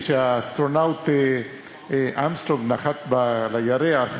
כשהאסטרונאוט ארמסטרונג נחת על הירח,